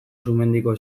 sumendiko